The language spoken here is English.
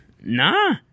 Nah